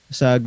sa